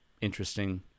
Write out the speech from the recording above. interesting